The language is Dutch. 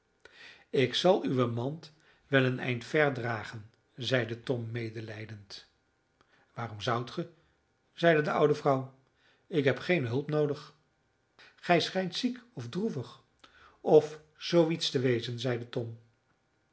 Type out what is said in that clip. ik zal uwe mand wel een eind ver dragen zeide tom medelijdend waarom zoudt ge zeide de oude vrouw ik heb geene hulp noodig gij schijnt ziek of droevig of zoo iets te wezen zeide tom